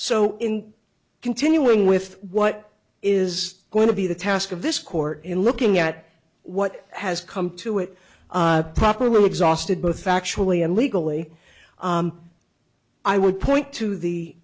so in continuing with what is going to be the task of this court in looking at what has come to it properly exhausted both factually and legally i would point to the